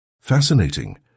Fascinating